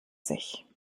sich